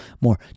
more